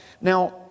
Now